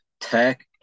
tech